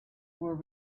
were